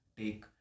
take